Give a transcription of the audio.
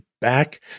back